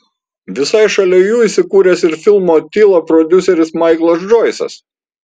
visai šalia jų įsikūręs ir filmo atila prodiuseris maiklas džoisas